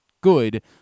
good